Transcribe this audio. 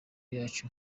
yacu